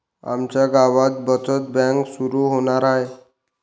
आमच्या गावात बचत बँक सुरू होणार आहे